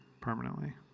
permanently